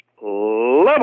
level